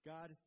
God